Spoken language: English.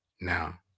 Now